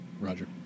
Roger